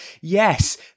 Yes